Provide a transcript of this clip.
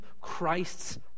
Christ's